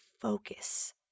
focus